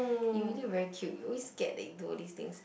you really very cute you always scared that they'll do all these things